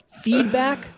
feedback